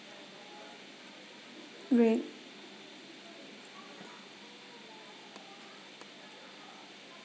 right